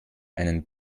einen